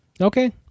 Okay